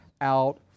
out